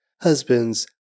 Husbands